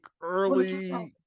early